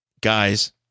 Guys